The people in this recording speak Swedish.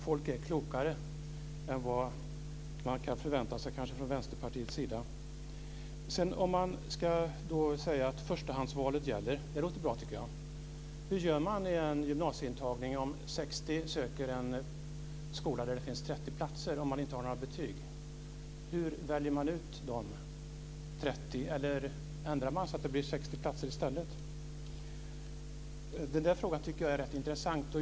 Folk är klokare än vad man kanske kan förvänta sig från Vänsterpartiets sida. Jag tycker att det låter bra att man ska låta förstahandsvalet gälla. Hur gör man vid en gymnasieintagning om 60 söker till en skola där det finns 30 platser, om man inte har några betyg? Hur väljer man ut 30 av de sökandena? Eller ändrar man förutsättningarna, så att det blir 60 platser i stället? Jag tycker att den frågan är rätt intressant.